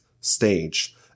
stage